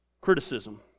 criticism